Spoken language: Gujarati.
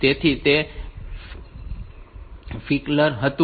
તેથી તે ફ્લિકર હતું